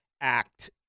act